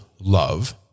love